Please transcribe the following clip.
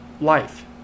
life